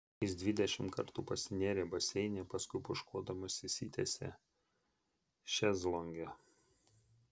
jis dvidešimt kartų pasinėrė baseine paskui pūškuodamas išsitiesė šezlonge